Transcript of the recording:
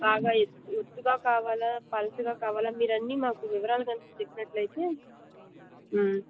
బాగా ఎత్తు ఎత్తుగా కావాలా పల్చగా కావాలా మీరు అన్నీ మాకు వివరాలు కనుక చెప్పినట్టయితే